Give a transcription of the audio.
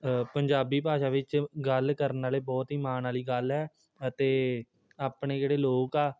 ਪੰਜਾਬੀ ਭਾਸ਼ਾ ਵਿੱਚ ਗੱਲ ਕਰਨ ਵਾਲੇ ਬਹੁਤ ਹੀ ਮਾਣ ਵਾਲੀ ਗੱਲ ਹੈ ਅਤੇ ਆਪਣੇ ਜਿਹੜੇ ਲੋਕ ਆ